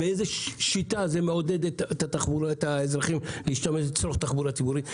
באיזו שיטה זה מעודד את האזרחים להשתמש בתחבורה ציבורית,